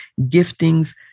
giftings